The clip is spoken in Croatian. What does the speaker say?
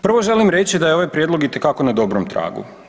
Prvo želim reći da je ovaj prijedlog itekako na dobrom tragu.